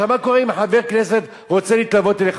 מה קורה אם חבר הכנסת רוצה להתלוות אליך?